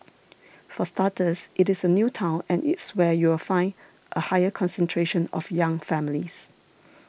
for starters it is a new town and it's where you'll find a higher concentration of young families